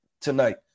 tonight